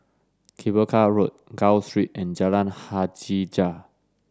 Cable Car Road Gul Street and Jalan Hajijah